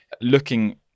looking